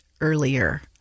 earlier